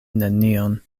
nenion